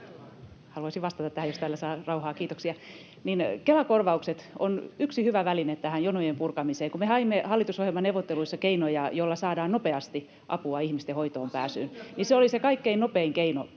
Haluaisin vastata tähän, jos täällä saan rauhaa. Kiitoksia. — Kela-korvaukset ovat yksi hyvä väline jonojen purkamiseen. Kun me haimme hallitusohjelmaneuvotteluissa keinoja, joilla saadaan nopeasti apua ihmisten hoitoonpääsyyn, niin ne olivat se kaikkein nopein keino